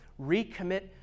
Recommit